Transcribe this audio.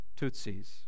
Tutsis